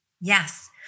Yes